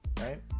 right